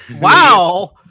Wow